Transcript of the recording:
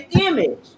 image